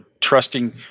trusting